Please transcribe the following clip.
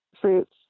fruits